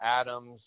Adams